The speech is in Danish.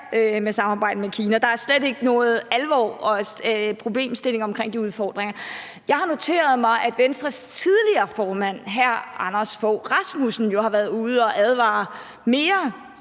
med samarbejdet med Kina. Der er slet ikke nogen alvor og problemstillinger omkring de udfordringer. Jeg har noteret mig, at Venstres tidligere formand hr. Anders Fogh Rasmussen jo har været ude og advare mere